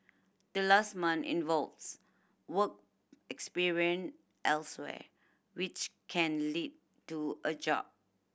the last month involves work experience elsewhere which can lead to a job